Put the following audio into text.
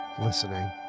listening